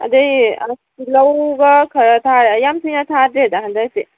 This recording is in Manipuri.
ꯑꯗꯨꯏ ꯑꯁ ꯇꯤꯜꯍꯧꯒ ꯈꯔ ꯊꯥꯔꯦ ꯌꯥꯝ ꯁꯨꯅ ꯊꯥꯗ꯭ꯔꯦꯗ ꯍꯟꯗꯛꯇꯤ